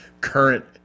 current